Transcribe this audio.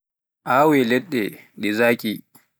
awe leɗɗe ɗi zaaki